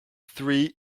three